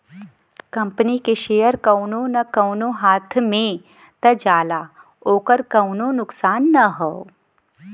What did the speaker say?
company के share कउनो न कउनो हाथ मे त जाला ओकर कउनो नुकसान ना हौ